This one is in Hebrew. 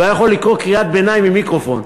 והוא היה יכול לקרוא קריאת ביניים עם מיקרופון.